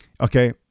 Okay